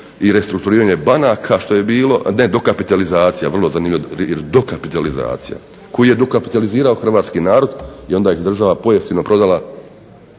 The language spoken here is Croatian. i restrukturiranje banaka što je bilo, ne dokapitalizacija. Vrlo zanimljivo, dokapitalizacija koju je dokapitalizirao Hrvatski narod i onda je država po jeftino prodala